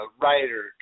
writer